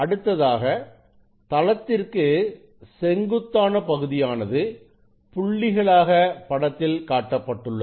அடுத்ததாக தளத்திற்கு செங்குத்தான பகுதியானது புள்ளிகளாக படத்தில் காட்டப்பட்டுள்ளது